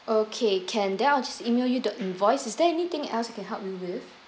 okay can then I'll just email you the invoice is there anything else I can help you with